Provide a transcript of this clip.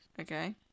Okay